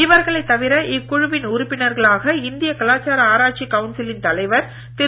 இவர்களை தவிர இக்குழுவின் உறுப்பினர்களாக இந்திய கலாச்சார ஆராய்ச்சி கவுன்சிலின் தலைவர் திரு